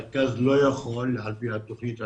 הרכז לא יכול על פי התוכנית,